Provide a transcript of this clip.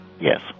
Yes